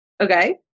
Okay